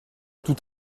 tout